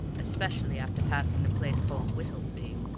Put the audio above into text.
especially after passing the place called whittlesea,